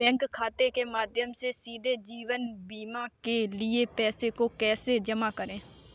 Bank खाते के माध्यम से सीधे जीवन बीमा के लिए पैसे को कैसे जमा करें?